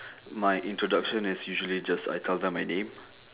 mine introduction is usually just I tell them my name